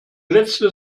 letzte